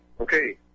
okay